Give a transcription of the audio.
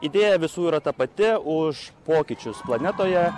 idėja visų yra ta pati už pokyčius planetoje